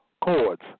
cords